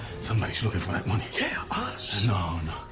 somebody's looking for that money. yeah, us! no, no.